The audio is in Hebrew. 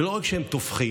ולא רק שהם טובחים,